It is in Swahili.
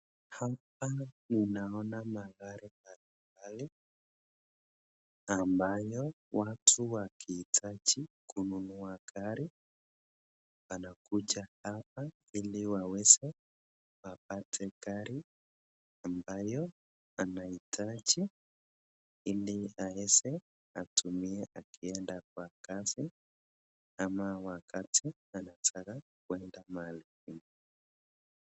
Hapa ninaona magari mbalimbali ambayo watu wakiitaji kununua gari anakuja hapa ili waweze kupata gari ambayo anahitaji ili aweze kutumia akienda kwa kazi ama wakati anataka kuenda mahali.